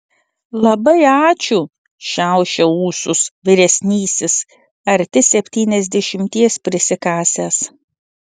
labai ačiū šiaušia ūsus vyresnysis arti septyniasdešimties prisikasęs